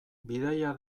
bidaia